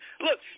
look